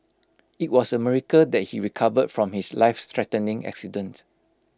IT was A miracle that he recovered from his life threatening accident